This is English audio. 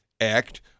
act